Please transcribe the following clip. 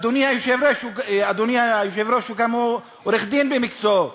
אדוני היושב-ראש הוא גם עורך-דין במקצועו,